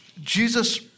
jesus